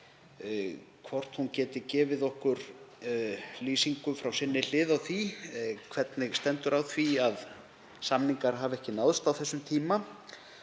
hvort hún geti gefið okkur lýsingu frá sinni hlið á því hvernig stendur á því að samningar hafi ekki náðst á þessum tíma